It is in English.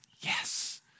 yes